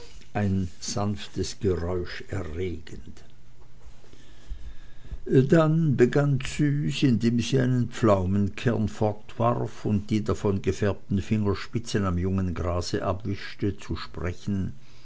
ein sanftes geräusch erregend dann begann züs indem sie einen pflaumenkern fortwarf und die davon gefärbten fingerspitzen am jungen grase abwischte zu sprechen